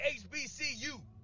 HBCU